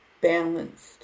Balanced